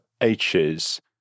H's